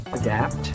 Adapt